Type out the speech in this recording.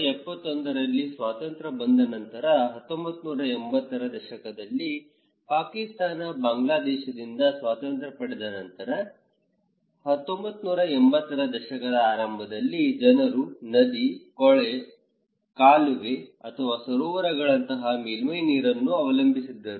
1971ರಲ್ಲಿ ಸ್ವಾತಂತ್ರ್ಯ ಬಂದ ನಂತರ 1980ರ ದಶಕದಲ್ಲಿ ಪಾಕಿಸ್ತಾನ ಬಾಂಗ್ಲಾದೇಶದಿಂದ ಸ್ವಾತಂತ್ರ್ಯ ಪಡೆದ ನಂತರ 1980ರ ದಶಕದ ಆರಂಭದಲ್ಲಿ ಜನರು ನದಿ ಕೊಳ ಕಾಲುವೆ ಅಥವಾ ಸರೋವರಗಳಂತಹ ಮೇಲ್ಮೈ ನೀರನ್ನು ಅವಲಂಬಿಸಿದ್ದರು